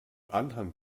anhang